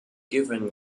given